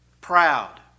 proud